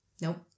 Nope